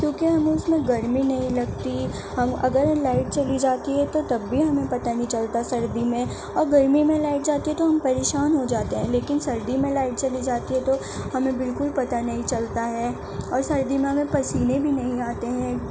کیونکہ ہم اُس میں گرمی نہیں لگتی ہم اگر لائٹ چلی جاتی ہے تو تب بھی ہمیں پتہ نہیں چلتا سردی میں اور گرمی میں لائٹ جاتی ہے تو ہم پریشان ہو جاتے ہیں لیکن سردی میں لائٹ چلی جاتی ہے تو ہمیں بالکل پتہ نہیں چلتا ہے اور سردی میں اگر پسینے بھی نہیں آتے ہیں